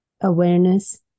awareness